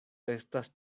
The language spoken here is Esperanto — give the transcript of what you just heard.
estas